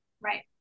Right